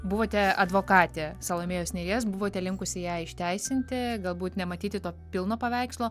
buvote advokatė salomėjos nėries buvote linkusi ją išteisinti galbūt nematyti to pilno paveikslo